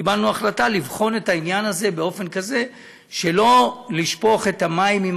קיבלנו החלטה לבחון את העניין הזה באופן כזה שלא לשפוך את המים עם